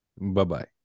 Bye-bye